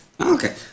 Okay